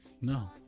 No